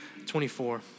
24